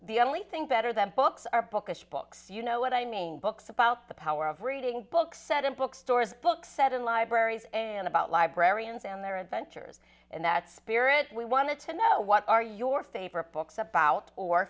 the only thing better than books are bookish books you know what i mean books about the power of reading books set in bookstores book set in libraries and about librarians and their adventures in that spirit we want to know what are your favorite books about or